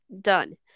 done